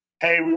Hey